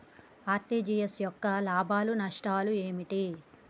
RTGS యొక్క లాభాలు నష్టాలు ఏమిటి?